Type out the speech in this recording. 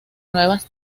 nuevas